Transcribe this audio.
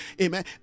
amen